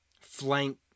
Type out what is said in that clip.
flank